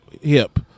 hip